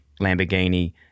lamborghini